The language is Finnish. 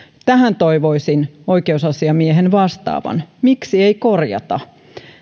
tähän toivoisin oikeusasiamiehen vastaavan miksi ei korjata